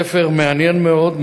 ספר מעניין מאוד,